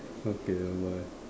okay bye bye